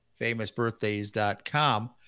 famousbirthdays.com